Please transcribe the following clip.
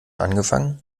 angefangen